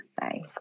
say